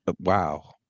Wow